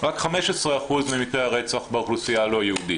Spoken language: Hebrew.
רק 15% ממקרי הרצח באוכלוסייה הלא יהודית.